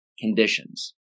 conditions